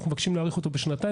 אנחנו מבקשים להאריך אותו בשנתיים.